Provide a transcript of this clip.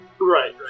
right